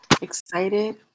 Excited